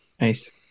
Nice